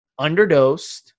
underdosed